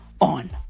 on